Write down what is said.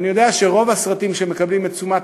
ואני יודע שרוב הסרטים שמקבלים את תשומת